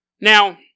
Now